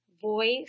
voice